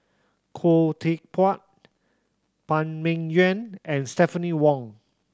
Khoo Teck Puat Phan Ming Yuan and Stephanie Wong